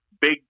big